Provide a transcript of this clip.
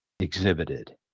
Exhibited